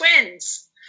twins